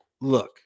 look